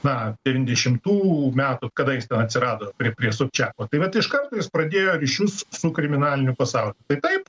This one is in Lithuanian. na devyndešimtų metų kada jis ten atsirado prie prie sobčiako tai vat iš kart pradėjo ryšius su kriminaliniu pasauliu tai taip